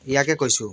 ইয়াকে কৈছোঁ